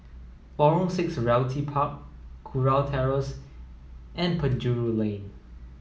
Lorong six Realty Park Kurau Terrace and Penjuru Lane